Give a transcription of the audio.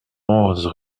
onze